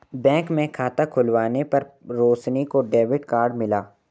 bank में खाता खुलवाने पर रोशनी को डेबिट कार्ड मिला